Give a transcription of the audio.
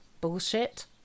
bullshit